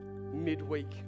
midweek